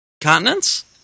continents